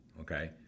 okay